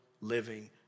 living